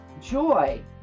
joy